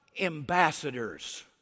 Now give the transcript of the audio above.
ambassadors